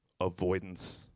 avoidance